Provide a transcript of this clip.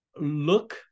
look